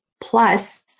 plus